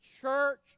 church